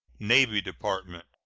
navy department,